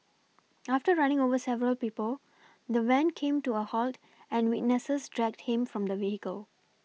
after running over several people the van came to a halt and witnesses dragged him from the vehicle